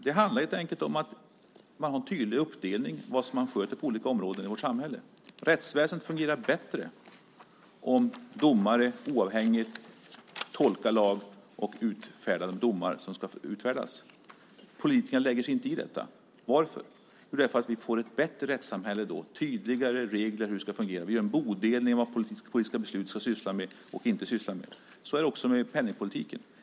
Det handlar helt enkelt om att ha en tydlig uppdelning mellan vad som sköts på olika områden i vårt samhälle. Rättsväsendet fungerar bättre om domare oavhängigt tolkar lagen och utfärdar de domar som ska utfärdas. Politikerna lägger sig inte i detta. Varför? Jo, för att vi på så sätt får ett bättre rättssamhälle med tydligare regler för hur det ska fungera. Vi gör en bodelning mellan vad de politiska besluten ska omfatta och inte omfatta. Så är det också med penningpolitiken.